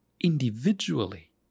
individually